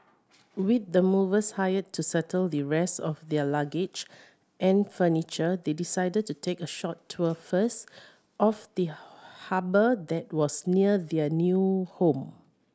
with the movers hired to settle the rest of their luggage and furniture they decided to take a short tour first of the harbour that was near their new home